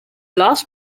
last